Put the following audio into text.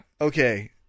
Okay